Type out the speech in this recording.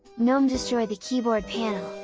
gnome destroyed the keyboard panel,